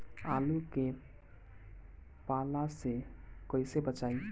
आलु के पाला से कईसे बचाईब?